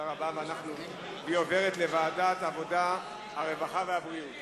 והיא עוברת לוועדת העבודה, הרווחה והבריאות